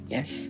Yes